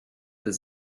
does